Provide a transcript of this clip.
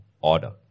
order